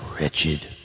wretched